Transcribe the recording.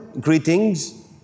greetings